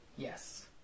yes